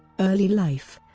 early life